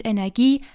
Energie